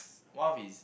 one of his